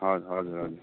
हजुर